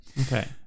Okay